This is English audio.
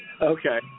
okay